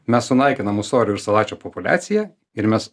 mes sunaikinam ūsorių ir salačių populiaciją ir mes